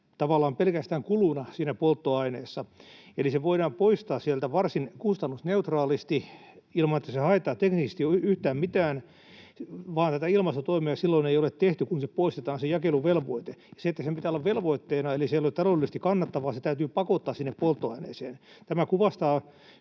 pelkästään kuluna siinä polttoaineessa. Eli se voidaan poistaa sieltä varsin kustannusneutraalisti ilman, että se haittaa teknisesti yhtään mitään. Vain näitä ilmastotoimia silloin ei ole tehty, kun poistetaan se jakeluvelvoite. Se, että sen pitää olla velvoitteena, tarkoittaa että se ei ole taloudellisesti kannattavaa vaan se täytyy pakottaa sinne polttoaineeseen